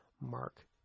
Mark